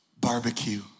Barbecue